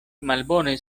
malbone